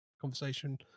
conversation